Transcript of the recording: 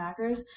macros